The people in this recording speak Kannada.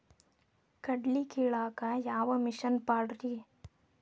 ಕಡ್ಲಿ ಕೇಳಾಕ ಯಾವ ಮಿಷನ್ ಪಾಡ್ರಿ?